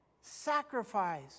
sacrifice